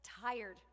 tired